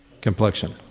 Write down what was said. complexion